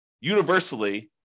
universally